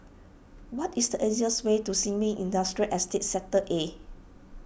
what is the easiest way to Sin Ming Industrial Estate Sector A